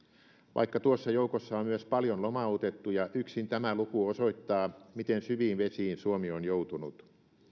vaikka tuossa joukossa on myös paljon lomautettuja yksin tämä luku osoittaa miten syviin vesiin suomi on joutunut